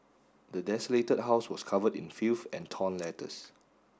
the desolated house was covered in filth and torn letters